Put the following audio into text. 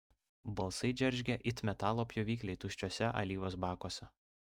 balsai džeržgė it metalo pjovikliai tuščiuose alyvos bakuose